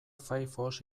firefox